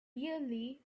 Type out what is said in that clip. really